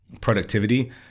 productivity